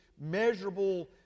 measurable